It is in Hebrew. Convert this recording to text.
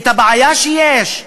את הבעיה שיש.